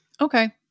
Okay